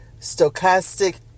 stochastic